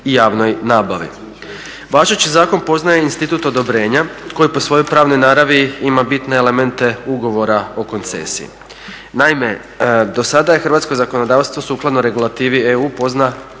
i javnoj nabavi. Važeći zakon poznaje institut odobrenja koji po svojoj pravnoj naravi ima bitne elemente ugovora o koncesiji. Naime, do sada je hrvatsko zakonodavstvo sukladno regulativi EU poznavalo